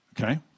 okay